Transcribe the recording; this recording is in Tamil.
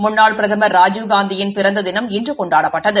முன்னாள் பிரதமா் ராஜீவ்காந்தியின் பிறந்த தினம் இன்று கொண்டாடப்பட்டது